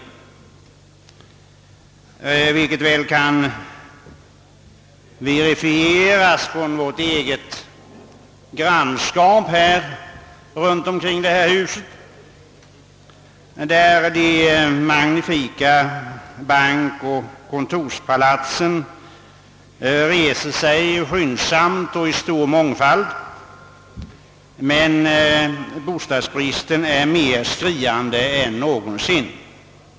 Detta verifieras bl.a. av förhållandena i vårt närmaste grannskap runtomkring detta hus. De magnifika bankoch kontorspalat sen reser sig snabbt och i stor mångfald, men bostadsbristen är mer skriande än någonsin.